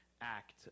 act